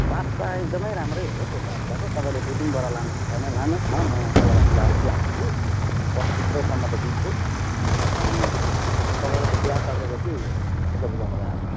बासा एकदमै राम्रै हो त्यो बासाको तपाईँले दुई तिन बोरा लानुहुन्छ भने लानुहोस् न म तपाईँलाई मिलाएर दिइहाल्छु कि बत्तिस सौसम्म त दिन्छु अनि तपाईँले त्यो बिहा सकेपछि पैसा बुझाउँदा भइहाल्छ